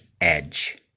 Edge